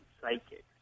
psychics